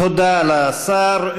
תודה לשר.